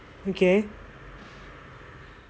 okay